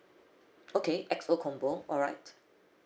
okay X O combo alright